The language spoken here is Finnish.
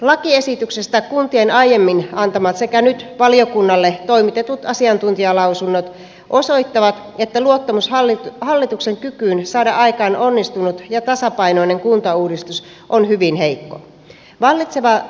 lakiesityksestä kuntien aiemmin antamat sekä nyt valiokunnalle toimitetut asiantuntijalausunnot osoittavat että luottamus hallituksen kykyyn saada aikaan onnistunut ja tasapainoinen kuntauudistus on hyvin heikko